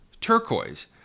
turquoise